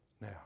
now